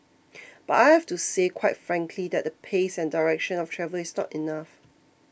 but I have to say quite frankly that the pace and direction of travel is not enough